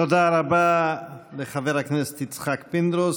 תודה רבה לחבר הכנסת יצחק פינדרוס.